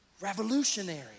Revolutionary